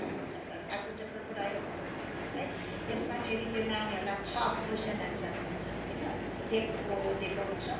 अर्को च्याप्टर अर्को च्याप्टर पढायो अर्को च्याप्टर है त्यसमा फेरि त्यो नानीहरूलाई थप कोइसन आन्सर दिन्छ होइन दिएको दिएको गर्छ